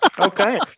Okay